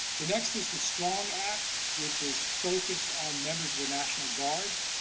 the next is the strong act, which is focused on members of the national guard,